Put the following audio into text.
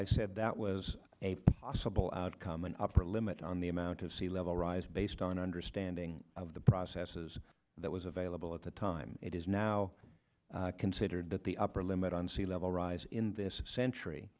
that was a possible outcome an upper limit on the amount of sea level rise based on understanding of the processes that was available at the time it is now considered that the upper limit on sea level rise in this century